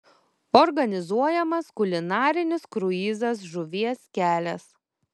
organizuojamas kulinarinis kruizas žuvies kelias